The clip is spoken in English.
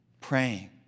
praying